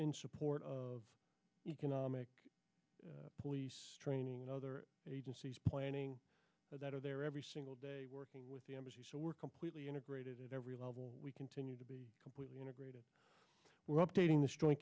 in support of economic police training other agencies planning that are there every single day working with the embassy so we're completely integrated at every level we continue to be completely integrated well dating this join